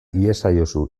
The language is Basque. iezaiozu